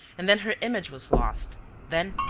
and then her image was lost then,